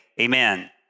amen